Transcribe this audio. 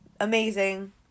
amazing